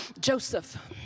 Joseph